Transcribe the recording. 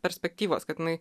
perspektyvos kad jinai